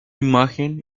imagen